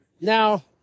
now